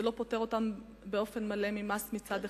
זה לא פוטר אותם באופן מלא ממס מצד אחד,